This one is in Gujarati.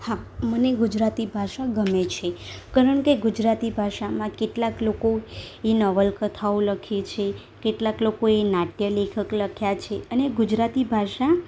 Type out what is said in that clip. હા મને ગુજરાતી ભાષા ગમે છે કારણ કે ગુજરાતી ભાષામાં કેટલાક લોકો એ નવલકથાઓ લખી છે કેટલાક લોકોએ નાટ્ય લેખક લખ્યા છે અને ગુજરાતી ભાષા